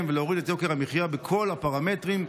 ולהוריד את יוקר המחיה בכל הפרמטרים,